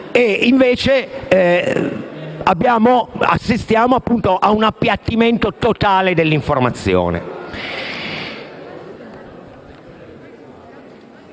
Invece, assistiamo a un appiattimento totale dell'informazione.